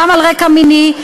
גם על רקע מיני,